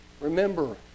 Remember